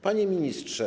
Panie Ministrze!